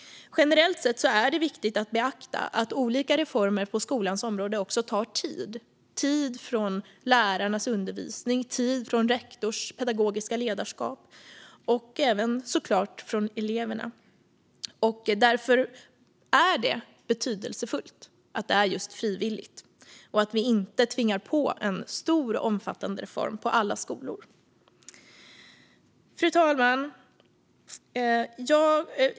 Generellt sett är det viktigt att beakta att olika reformer på skolans område också tar tid - tid från lärarnas undervisning, tid från rektors pedagogiska ledarskap och såklart även tid från eleverna. Därför är det betydelsefullt att detta är just frivilligt och att vi inte tvingar på alla skolor en stor och omfattande reform. Fru talman!